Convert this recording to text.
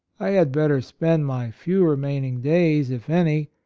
i had better spend my few remaining days, if any,